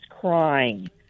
crying